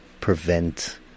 prevent